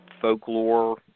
folklore